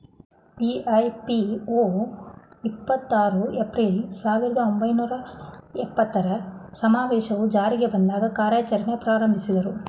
ವಿ.ಐ.ಪಿ.ಒ ಇಪ್ಪತ್ತು ಆರು ಏಪ್ರಿಲ್, ಸಾವಿರದ ಒಂಬೈನೂರ ಎಪ್ಪತ್ತರ ಸಮಾವೇಶವು ಜಾರಿಗೆ ಬಂದಾಗ ಕಾರ್ಯಾಚರಣೆ ಪ್ರಾರಂಭಿಸಿದ್ರು